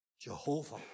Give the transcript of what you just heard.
Jehovah